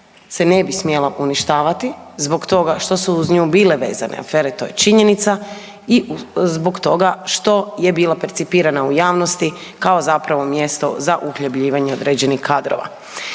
se ne bi smjela uništavati zbog toga što su uz nju bile vezane afere, to je činjenica i zbog toga što je bila percipirana u javnosti kao zapravo mjesto za uhljebljivanje određenih kadrova.